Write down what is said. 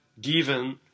given